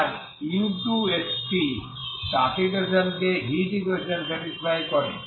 সুতরাং u2xtতাপ ইকুয়েশন কে স্যাটিসফাই করে